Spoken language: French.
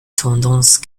tendance